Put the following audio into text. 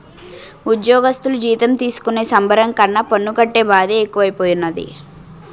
ఉజ్జోగస్థులు జీతం తీసుకునే సంబరం కన్నా పన్ను కట్టే బాదే ఎక్కువైపోనాది